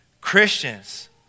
Christians